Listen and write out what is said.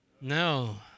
No